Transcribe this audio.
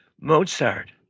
Mozart